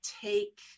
take